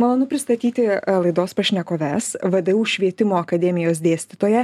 malonu pristatyti laidos pašnekoves vdu švietimo akademijos dėstytoją